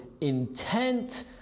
intent